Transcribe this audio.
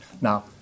Now